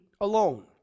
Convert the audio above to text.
alone